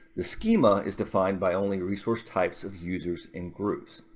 the schema is defined by only resource types of users and groups.